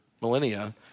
millennia